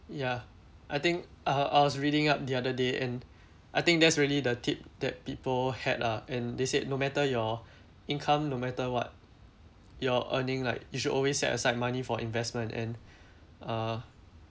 ya I think uh I was reading up the other day and I think that's really the tip that people had lah and they said no matter your income no matter what you're earning like you should always set aside money for investment and uh